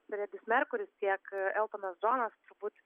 fredis merkuris tiek eltonas džonas turbūt